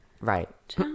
Right